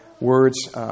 words